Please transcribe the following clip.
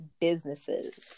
businesses